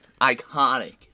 Iconic